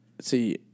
see